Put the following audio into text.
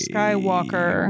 Skywalker